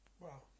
Wow